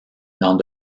dans